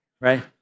right